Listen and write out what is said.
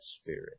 spirit